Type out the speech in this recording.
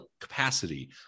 capacity